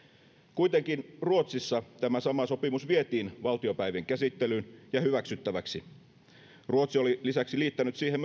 kuitenkin ruotsissa tämä sama sopimus vietiin valtiopäivien käsittelyyn ja hyväksyttäväksi ruotsi oli lisäksi liittänyt siihen